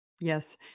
Yes